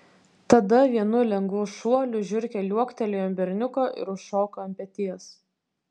tada vienu lengvu šuoliu žiurkė liuoktelėjo ant berniuko ir užšoko ant peties